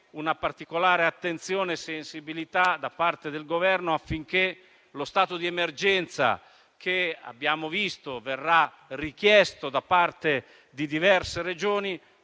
una particolare attenzione e sensibilità da parte del Governo affinché lo stato di emergenza che, come abbiamo visto, verrà richiesto da parte di diverse Regioni,